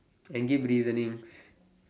and give reasonings